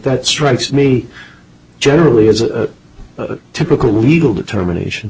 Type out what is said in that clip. that strikes me generally as a typical legal determination